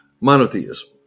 Monotheism